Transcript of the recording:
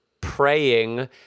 praying